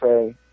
say